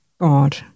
God